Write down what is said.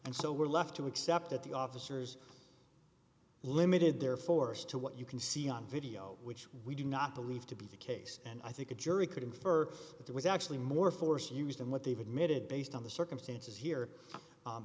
and so we're left to accept that the officers limited their force to what you can see on video which we do not believe to be the case and i think the jury could infer that there was actually more force used in what they've admitted based on the circumstances here